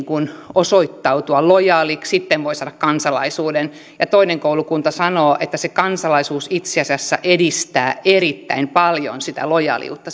osoittautua lojaaliksi sitten voi saada kansalaisuuden ja toinen koulukunta sanoo että se kansalaisuus itse asiassa edistää erittäin paljon sitä lojaaliutta